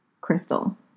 Crystal